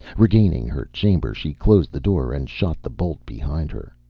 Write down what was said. regaining her chamber, she closed the door and shot the bolt behind her.